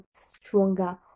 stronger